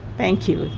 thank you,